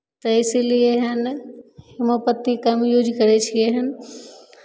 तऽ इसीलिए एहन हेमोपथी कम यूज करै छियै हन